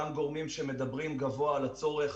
אלה אותם גורמים שמדברים גבוה על הצורך